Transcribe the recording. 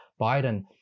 Biden